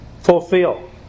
fulfill